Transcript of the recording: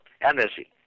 energy